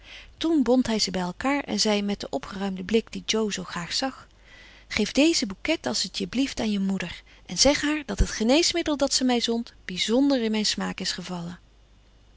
toen bond hij ze bij elkaar en zei met den opgeruimden blik dien jo zoo graag zag geef deze bouquet als t je blieft aan je moeder en zeg haar dat het geneesmiddel dat ze mij zond bizonder in mijn smaak is gevallen